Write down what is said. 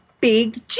Big